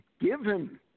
given